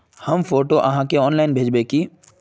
हम फोटो आहाँ के ऑनलाइन भेजबे की?